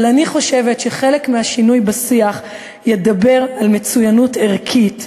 אבל אני חושבת שחלק מהשינוי בשיח ידבר על מצוינות ערכית,